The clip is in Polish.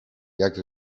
jak